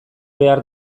behar